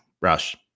Rush